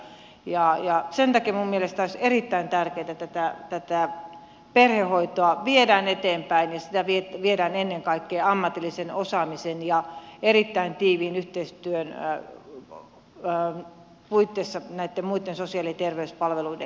sen takia minun mielestäni olisi erittäin tärkeätä että tätä perhehoitoa viedään eteenpäin ja sitä viedään ennen kaikkea ammatillisen osaamisen ja erittäin tiiviin yhteistyön puitteissa näitten muitten sosiaali ja terveyspalveluiden kanssa